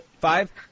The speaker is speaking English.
Five